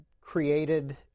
created